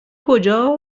کجا